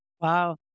Wow